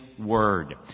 Word